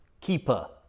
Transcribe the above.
Keeper